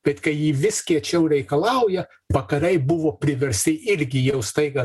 bet kai ji vis kiečiau reikalauja vakarai buvo priversti irgi jau staiga